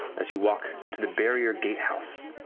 as you walk to the barrier gatehouse,